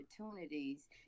opportunities